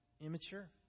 immature